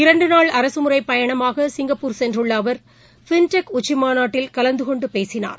இரண்டுநாள் அரசமுறைப் பயணமாகசிங்கப்பூர் சென்றுள்ளஅவர் சிங்கப்பூர் ஃபின்டெக் உச்சிமாநட்டில் கலந்துகொண்டுபேசினார்